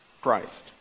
Christ